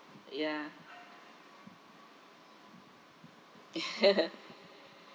ya